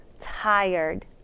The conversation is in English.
tired